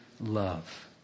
love